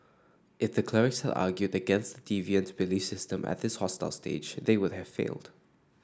it's a clerics argued against deviants belief system at this hostile stage they would have failed